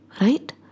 right